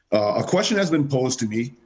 a question has been posed to me,